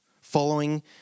following